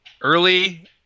early